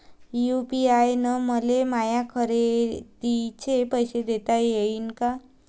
UPI न मले माया खरेदीचे पैसे देता येईन का?